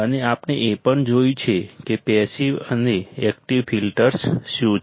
અને આપણે એ પણ જોયું કે પેસિવ અને એકટીવ ફિલ્ટર્સ શું છે